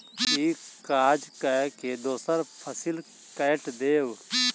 ई काज कय के दोसर फसिल कैट देब